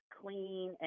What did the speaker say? clean